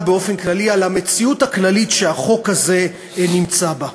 באופן כללי על המציאות הכללית שהחוק הזה נמצא בה.